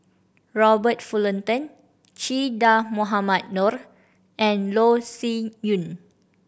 Robert Fullerton Che Dah Mohamed Noor and Loh Sin Yun